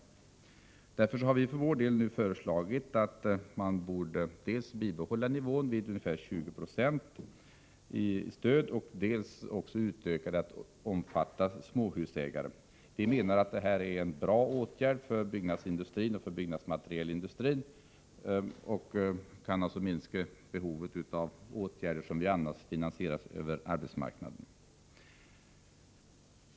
Därför har vi i centerpartiet föreslagit dels att bidragsnivån skall bibehållas vid ca 20 90, dels att bidraget skall utökas till att omfatta småhusägare. Vi anser att det är en bra åtgärd för byggnadsindustrin och byggnadsmaterielindustrin, och det kan minska behovet av åtgärder som annars finansieras över arbetsmarknaden.